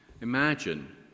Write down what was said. Imagine